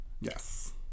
yes